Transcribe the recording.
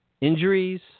injuries